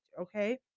okay